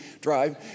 drive